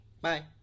Bye